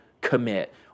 commit